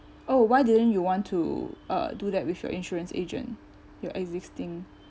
oh why didn't you want to uh do that with your insurance agent your existing